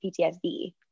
PTSD